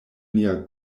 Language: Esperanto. nia